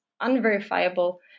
unverifiable